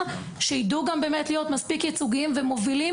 שידעו גם להיות מספיק ייצוגיים ומובילים,